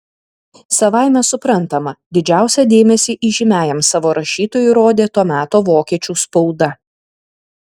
savaime suprantama didžiausią dėmesį įžymiajam savo rašytojui rodė to meto vokiečių spauda